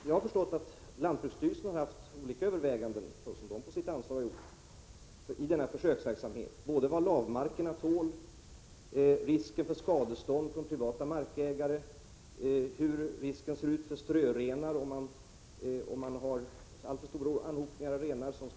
Jag har förstått att lantbruksstyrelsen har haft olika överväganden att göra i fråga om denna försöksverksamhet — av vad lavmarkerna tål, risken för skadestånd från privata markägare, hur risken är för strövrenar om stora anhopningar av renar stannar kvar och skapar problem.